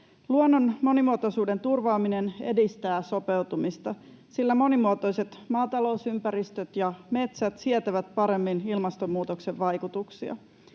Luonnon monimuotoisuuden turvaaminen edistää sopeutumista, sillä monimuotoiset maatalousympäristöt ja metsät sietävät paremmin ilmastonmuutoksen vaikutuksia.